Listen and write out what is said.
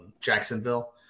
Jacksonville